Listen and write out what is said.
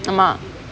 ஆமா:aamaa